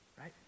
right